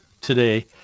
today